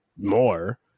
more